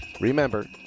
Remember